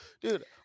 Dude